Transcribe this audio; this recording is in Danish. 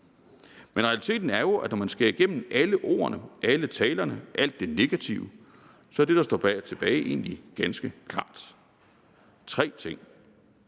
Realiteten er jo, at når man skærer igennem alle ordene, alle talerne og alt det negative, så er det egentlig ganske klart, hvad